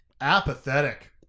apathetic